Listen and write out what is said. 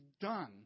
done